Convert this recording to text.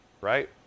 right